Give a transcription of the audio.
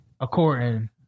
According